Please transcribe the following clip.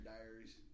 Diaries